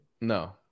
No